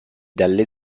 dalle